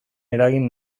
eragin